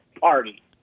party